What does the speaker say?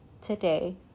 today